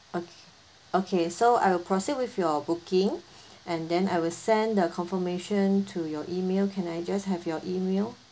okay okay so I will proceed with your booking and then I will send the confirmation to your email can I just have your email